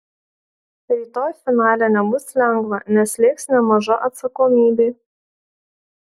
rytoj finale nebus lengva nes slėgs nemaža atsakomybė